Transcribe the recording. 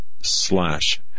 slash